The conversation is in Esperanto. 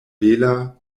bela